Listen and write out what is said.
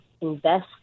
invest